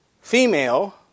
female